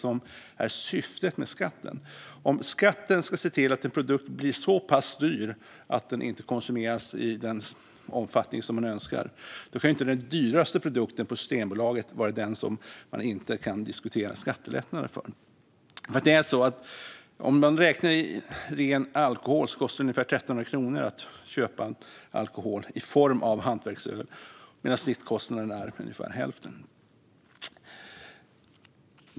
Om skatten ska se till att en produkt blir så pass dyr att den inte konsumeras i den omfattning som önskas kan inte den dyraste produkten på Systembolaget vara den som man inte kan diskutera skattelättnader för. Om man räknar i ren alkohol kostar det ungefär 1 300 kronor att köpa en liter i form av hantverksöl, medan snittkostnaden är ungefär hälften.